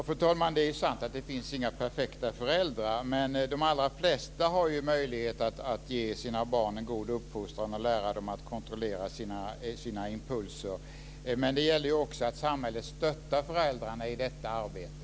Fru talman! Det är sant att det inte finns några perfekta föräldrar, men de allra flesta har ju möjlighet att ge sina barn en god uppfostran och lära dem att kontrollera sina impulser. Men det gäller också att samhället stöttar föräldrarna i detta arbete.